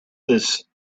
this